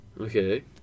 Okay